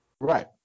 Right